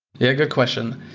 yeah, good question.